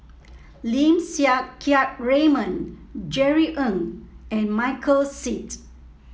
Lim Siang Keat Raymond Jerry Ng and Michael Seet